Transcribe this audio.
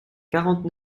quarante